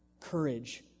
courage